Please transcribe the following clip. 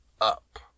up